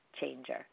changer